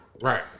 Right